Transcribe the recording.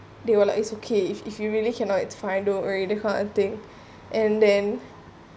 they were like it's okay if if you really cannot it's fine don't worry that kind of thing and then